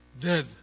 dead